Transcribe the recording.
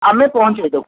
ଆମେ ପହଞ୍ଚେଇ ଦେବୁ